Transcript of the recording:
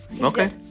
Okay